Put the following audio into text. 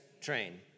train